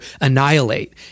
annihilate